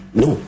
no